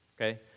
Okay